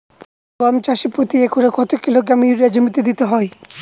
গম চাষে প্রতি একরে কত কিলোগ্রাম ইউরিয়া জমিতে দিতে হয়?